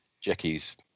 Jackie's